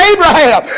Abraham